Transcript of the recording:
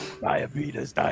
Diabetes